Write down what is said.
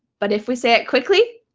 but if we say it quickly,